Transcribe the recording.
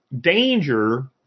danger